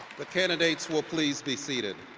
the candidates will please be seated.